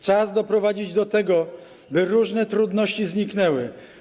Czas doprowadzić do tego, by różne trudności zniknęły.